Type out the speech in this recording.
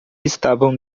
estavam